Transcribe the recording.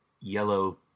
yellow